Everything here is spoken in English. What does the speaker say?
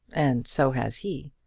and so has he.